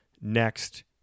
next